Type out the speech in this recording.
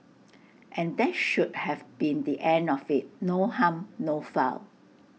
and that should have been the end of IT no harm no foul